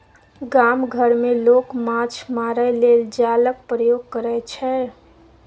गाम घर मे लोक माछ मारय लेल जालक प्रयोग करय छै